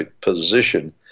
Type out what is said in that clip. position